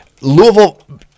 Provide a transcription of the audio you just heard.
Louisville